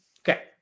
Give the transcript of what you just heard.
Okay